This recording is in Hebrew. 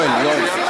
יואל, יואל.